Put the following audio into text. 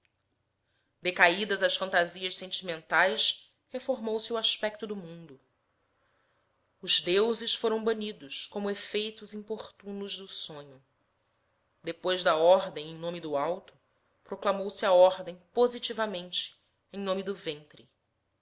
decaídas as fantasias sentimentais reformou se o aspecto do mundo os deuses foram banidos como efeitos importunos do sonho depois da ordem em nome do alto proclamou se a ordem positivamente em nome do ventre